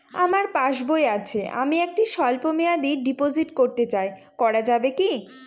আমার পাসবই আছে আমি একটি স্বল্পমেয়াদি ডিপোজিট করতে চাই করা যাবে কি?